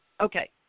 Okay